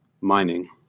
mining